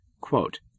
Quote